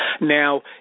now